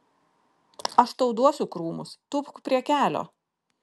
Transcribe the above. aš tau duosiu krūmus tūpk prie kelio